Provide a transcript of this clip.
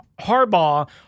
Harbaugh